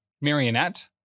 Marionette